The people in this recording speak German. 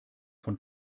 von